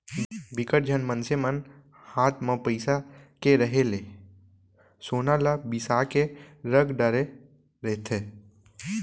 बिकट झन मनसे मन हात म पइसा के रेहे ले सोना ल बिसा के रख डरे रहिथे